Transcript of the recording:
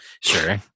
Sure